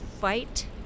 fight